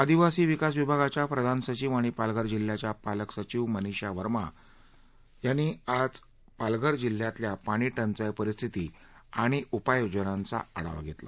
आदिवासी विकास विभागाच्या प्रधान सचिव आणि पालघर जिल्ह्याच्या पालक सचिव मनीषा वर्मा आज पालघर जिल्ह्यातल्या पाणी टंचाई परिस्थिती आणि उपाययोजनांचा आढावा घेत आहेत